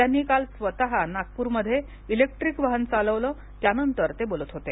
त्यांनी काल स्वतः नागपूर मध्ये इलेक्ट्रिक वाहन चालवलं त्यानंतर ते बोलत होते